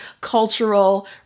cultural